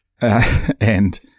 And-